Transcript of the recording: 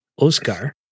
Oscar